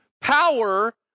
power